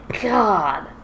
God